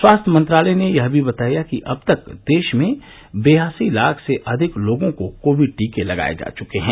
स्वास्थ्य मंत्रालय ने यह भी बताया कि अब तक देश में बेयासी लाख से अधिक लोगों को कोविड टीके लगाये जा चुके है